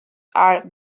are